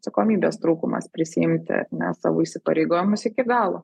atsakomybės trūkumas prisiimti ar ne savo įsipareigojimus iki galo